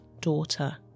daughter